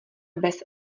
bez